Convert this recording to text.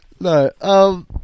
No